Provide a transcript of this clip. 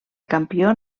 campió